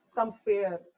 compare